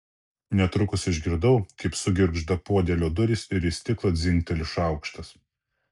netrukus išgirdau kaip sugirgžda podėlio durys ir į stiklą dzingteli šaukštas